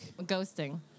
Ghosting